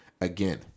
again